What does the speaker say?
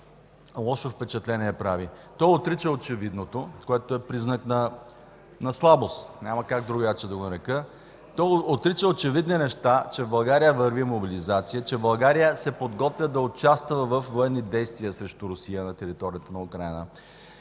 лошо впечатление. Той отрича очевидното, което е признак на слабост, няма как другояче да го нарека, отрича очевидни неща, че в България върви мобилизация, че България се подготвя да участва във военни действия срещу Русия на територията на Украйна